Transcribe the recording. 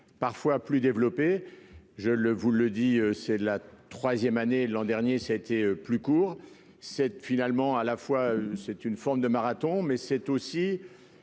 parfois plus développée, je le vous le dis c'est la troisième année. L'an dernier, ça a été plus court cette finalement à la fois c'est une forme de marathon, mais c'est aussi